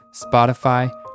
Spotify